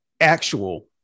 actual